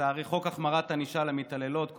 חוק החמרת ענישה למתעללות,